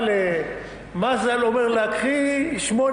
בא למזל, אומר לה: קחי שמונה